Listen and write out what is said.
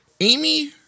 Amy